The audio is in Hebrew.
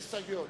הסתייגויות.